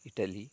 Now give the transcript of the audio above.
Italy